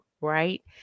right